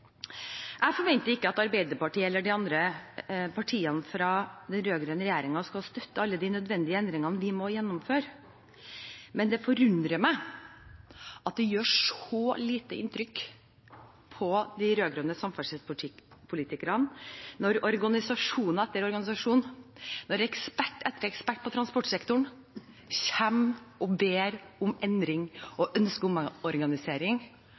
Jeg forventer ikke at Arbeiderpartiet eller de andre partiene fra den rød-grønne regjeringen skal støtte alle de nødvendige endringene vi må gjennomføre, men det forundrer meg at det gjør så lite inntrykk på de rød-grønne samferdselspolitikerne når organisasjon etter organisasjon, når ekspert etter ekspert innen transportsektoren, kommer og ber om endring,